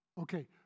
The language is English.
Okay